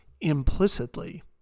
implicitly